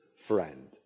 friend